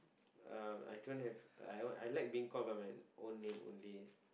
um I don't have uh I I like being called by my own name only